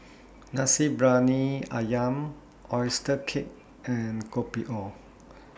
Nasi Briyani Ayam Oyster Cake and Kopi O